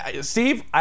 Steve